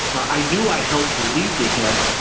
i knew i helped lead to him,